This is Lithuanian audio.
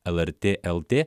lrt lt